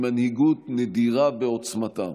היא מנהיגות נדירה בעוצמתה.